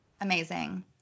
Amazing